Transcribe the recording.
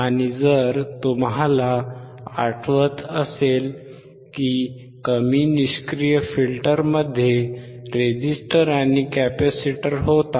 आणि जर तुम्हाला आठवत असेल की कमी निष्क्रिय फिल्टरमध्ये रेझिस्टर आणि कॅपेसिटर होता